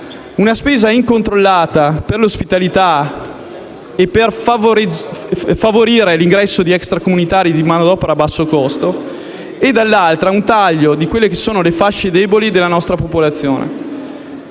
una spesa incontrollata per l'ospitalità e per favorire l'ingresso di extracomunitari e di manodopera a basso costo, dall'altra un taglio della spesa destinata alle fasce deboli della nostra popolazione.